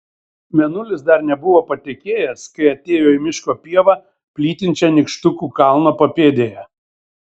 mėnulis dar nebuvo patekėjęs kai atėjo į miško pievą plytinčią nykštukų kalno papėdėje